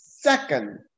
second